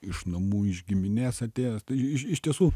iš namų iš giminės atėjęs tai iš tiesų